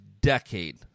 decade